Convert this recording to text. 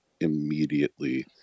immediately